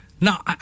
Now